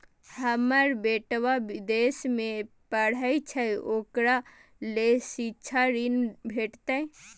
हमर बेटा विदेश में पढै छै ओकरा ले शिक्षा ऋण भेटतै?